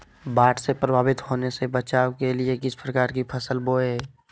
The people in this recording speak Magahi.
बाढ़ से प्रभावित होने से बचाव के लिए किस प्रकार की फसल बोए?